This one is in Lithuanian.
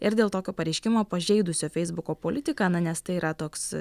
ir dėl tokio pareiškimo pažeidusio feisbuko politiką na nes tai yra toks